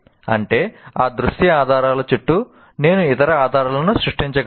అంటే ఆ దృశ్య ఆధారాల చుట్టూ నేను ఇతర ఆధారాలను సృష్టించగలను